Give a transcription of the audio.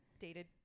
dated